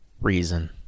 reason